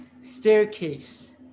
staircase